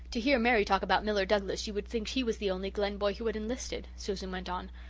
to hear mary talk about miller douglas you would think he was the only glen boy who had enlisted, susan went on.